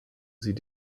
sie